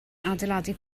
adeiladu